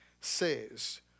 says